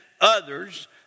others